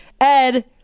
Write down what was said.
Ed